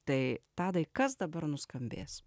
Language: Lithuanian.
tai tadai kas dabar nuskambės